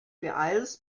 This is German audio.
beeilst